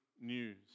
news